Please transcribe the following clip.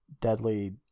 deadly